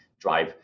drive